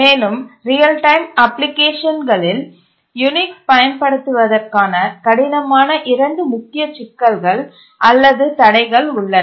மேலும் real time அப்ளிகேஷன்கலில் Unix பயன்படுத்துவதற்கான கடினமான இரண்டு முக்கிய சிக்கல்கள் அல்லது தடைகள் உள்ளன